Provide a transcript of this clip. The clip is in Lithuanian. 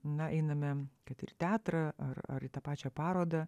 na einame kad ir į teatrą ar ar į tą pačią parodą